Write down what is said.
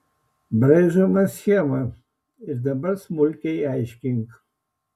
braižome schemą ir dabar smulkiai aiškink